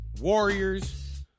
Warriors